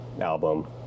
album